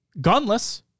Gunless